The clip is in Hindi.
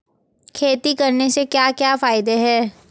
खेती करने से क्या क्या फायदे हैं?